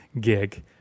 gig